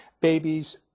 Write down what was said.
Babies